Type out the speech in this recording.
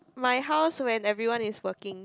my house when everyone is working